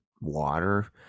water